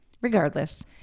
Regardless